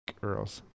girls